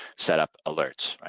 set up alerts.